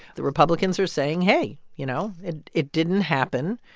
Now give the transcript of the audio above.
the republicans are saying, hey. you know, it it didn't happen.